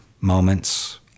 moments